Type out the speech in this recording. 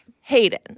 Hayden